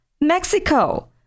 Mexico